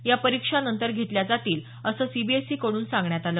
या परीक्षा नंतर घेतल्या जातील असं सीबीएसईकडून सांगण्यात आलं